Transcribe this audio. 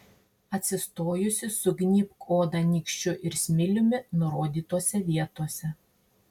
atsistojusi sugnybk odą nykščiu ir smiliumi nurodytose vietose